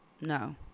No